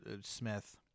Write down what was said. Smith